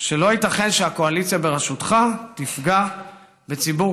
שלא ייתכן שהקואליציה בראשותך תפגע בציבור